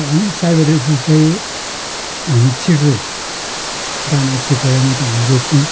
हामी सयपत्री फुल चाहिँ हामी छिट्छौँ दाना छिटेर मात्रै हामी रोप्छौँ